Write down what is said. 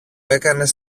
έκανες